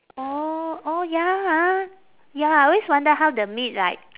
orh orh ya ha ya I always wonder how the meat like